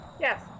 Yes